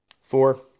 Four